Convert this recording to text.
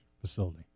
facility